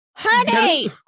Honey